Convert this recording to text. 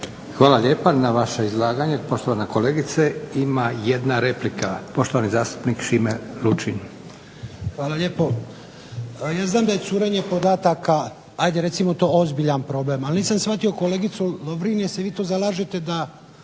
Hvala lijepa na vaše izlaganje poštovana kolegice ima i jedna replika. Poštovani zastupnik Šime Lučin. **Lučin, Šime (SDP)** Hvala lijepo. Ja znam da je curenje podataka, ajde recimo to ozbiljan problem, ali nisam razumio kolegicu Lovrin da se kazneno gone